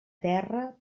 terra